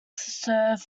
serve